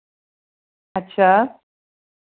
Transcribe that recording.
अच्छा